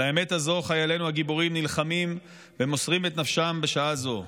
על האמת הזאת חיילינו הגיבורים נלחמים ומוסרים את נפשם בשעה זו.